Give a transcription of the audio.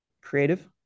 creative